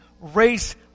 race